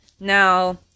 Now